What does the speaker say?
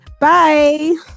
bye